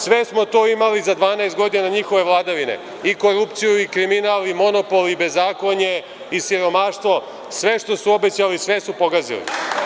Sve smo to imali za 12 godina njihove vladavine i korupciju i kriminal i monopol, bezakonje i siromaštvo, sve što su obećali, sve su pogazili.